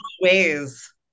ways